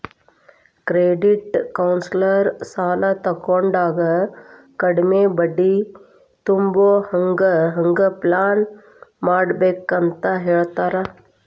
credit counsellor ಸಾಲಾ ತಗೊಂಡಾಗ ಕಡ್ಮಿ ಬಡ್ಡಿ ತುಂಬೊಹಂಗ್ ಹೆಂಗ್ ಪ್ಲಾನ್ಮಾಡ್ಬೇಕಂತ್ ಹೆಳಿಕೊಡ್ತಾರ